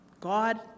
God